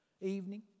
evening